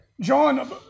John